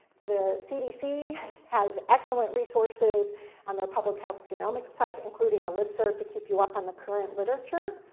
the cdc has excellent resources on their public health genomics site including a listserv to keep you up on the current literature.